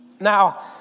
Now